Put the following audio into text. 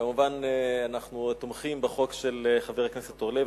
כמובן אנחנו תומכים בחוק של חבר הכנסת אורלב,